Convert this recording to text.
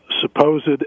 supposed